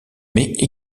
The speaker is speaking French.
mais